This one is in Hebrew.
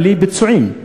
בלי פצועים.